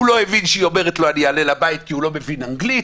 הוא לא הבין שהיא אומרת לו אני אעלה הביתה כי הוא לא מבין אנגלית,